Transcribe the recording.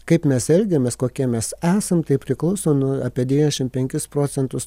kaip mes elgiamės kokie mes esam tai priklauso nu apie devyniasdešimt penkis procentus